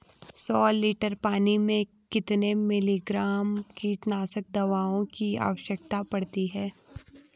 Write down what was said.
सौ लीटर पानी में कितने मिलीग्राम कीटनाशक दवाओं की आवश्यकता पड़ती है?